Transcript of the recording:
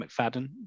McFadden